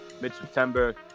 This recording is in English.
mid-September